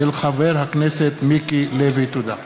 תודה.